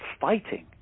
fighting